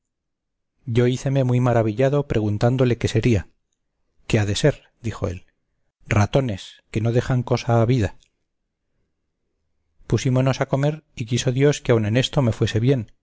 yo híceme muy maravillado preguntándole qué sería qué ha de ser dijo él ratones que no dejan cosa a vida pusímonos a comer y quiso dios que aun en esto me fue bien